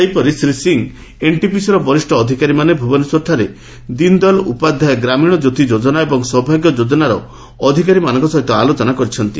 ସେହିପରି ଶ୍ରୀ ସିଂ ଏବଂ ଏନ୍ଟିପିସିର ବରିଷ ଅଧକାରୀମାନେ ଭୁବନେଶ୍ୱରଠାରେ ଦୀନ୍ଦୟାଲ୍ ଉପାଦ୍ୟାୟ ଗ୍ରାମୀଣ ଜ୍ୟୋତି ଯୋଜନା ଏବଂ ସୌଭାଗ୍ୟ ଯୋଜନାର ଅଧିକାରୀମାନଙ୍କ ସହିତ ଆଲୋଚନା କରିଛନ୍ତି